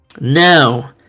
now